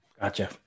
Gotcha